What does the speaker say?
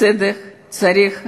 הצדק צריך לחזור,